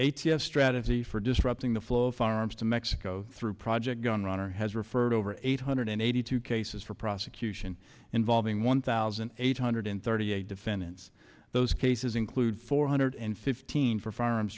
s strategy for disrupting the flow of farms to mexico through project gunrunner has referred over eight hundred eighty two cases for prosecution involving one thousand eight hundred thirty eight defendants those cases include four hundred and fifteen for fir